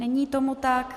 Není tomu tak.